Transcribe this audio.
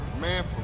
Man